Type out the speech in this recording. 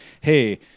hey